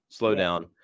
slowdown